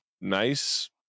nice